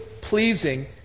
pleasing